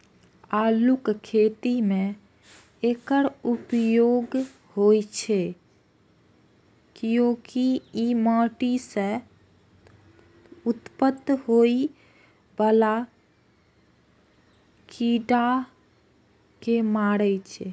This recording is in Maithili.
आलूक खेती मे एकर उपयोग होइ छै, कियैकि ई माटि सं उत्पन्न होइ बला कीड़ा कें मारै छै